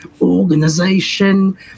organization